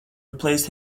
replaced